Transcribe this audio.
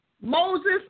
Moses